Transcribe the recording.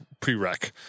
prereq